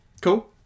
Cool